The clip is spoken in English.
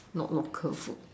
not local food